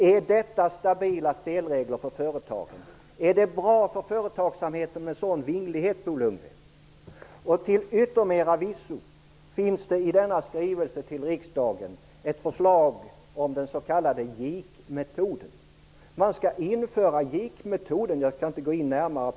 Är detta stabila spelregler för företagen? Är det bra för företagsamheten med en sådan vinglighet, Bo Lundgren? Till yttermera visso finns det i denna skrivelse till riksdagen ett förslag om den s.k. JIK metoden. Man skall införa JIK-metoden i Sverige från den 1 januari.